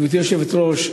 גברתי היושבת-ראש,